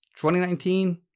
2019